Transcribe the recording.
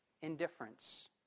indifference